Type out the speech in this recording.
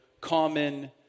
common